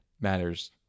matters